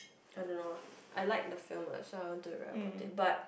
I don't know ah I like the film ah so I want to write about it but